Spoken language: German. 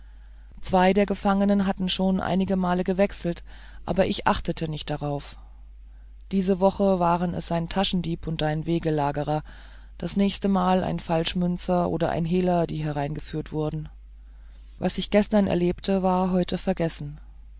zwei der gefangenen hatten schon einige male gewechselt aber ich achtete nicht darauf diese woche waren es ein taschendieb und ein wegelagerer das nächste mal ein falschmünzer oder ein hehler die hereingeführt wurden was ich gestern erlebte war heute vergessen